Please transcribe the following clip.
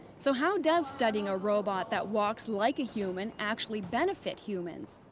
so how does studying a robot that walks like a human actually benefit humans?